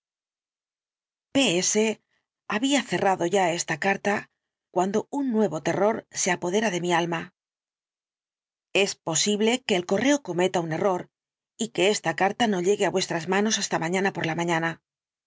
había cerrado ya esta carta cuando un nuevo terror se apodera de mi alma es posible que el correo cometa un error y que esta carta no llegue á vuestras manos hasta mañana por la mañana